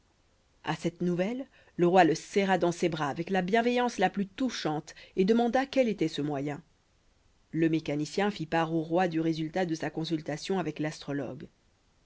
a cette nouvelle le roi le serra dans ses bras avec la bienveillance la plus touchante et demanda quel était ce moyen le mécanicien fit part au roi du résultat de sa consultation avec l'astrologue